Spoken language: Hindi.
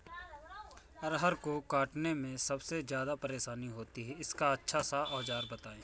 अरहर को काटने में सबसे ज्यादा परेशानी होती है इसका अच्छा सा औजार बताएं?